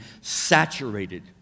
saturated